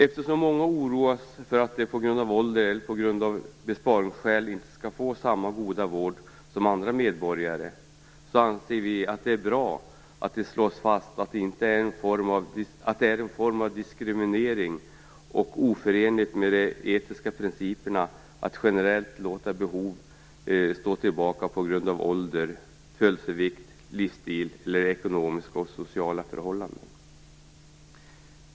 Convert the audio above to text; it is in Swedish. Eftersom många oroas för att de på grund av ålder eller på grund av besparingsskäl inte skall få samma goda vård som andra medborgare anser vi att det är bra att det slås fast att det är en form av diskriminering. Det är oförenligt med de etiska principerna att generellt låta behov stå tillbaka på grund av ålder, födelsevikt, livsstil eller ekonomiska och sociala förhållanden.